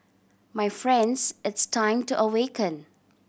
my friends it's time to awaken